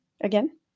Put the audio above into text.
Again